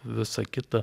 visa kita